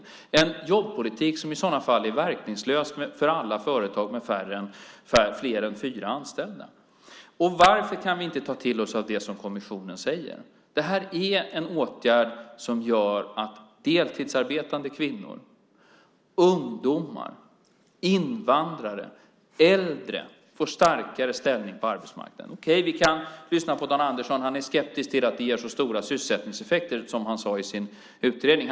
Det är en jobbpolitik som i sådana fall är verkningslös för alla företag med fler än fyra anställda. Varför kan vi inte ta till oss det som kommissionen säger? Det här är en åtgärd som gör att deltidsarbetande kvinnor, ungdomar, invandrare och äldre får starkare ställning på arbetsmarknaden. Okej - vi kan lyssna på Dan Andersson. Han är skeptisk till att det ger så stora sysselsättningseffekter, som han sade i sin utredning.